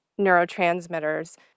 neurotransmitters